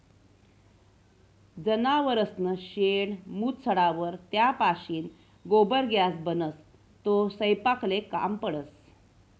जनावरसनं शेण, मूत सडावर त्यापाशीन गोबर गॅस बनस, तो सयपाकले काम पडस